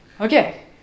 Okay